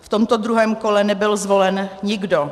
V tomto druhém kole nebyl zvolen nikdo.